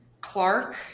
clark